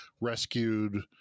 rescued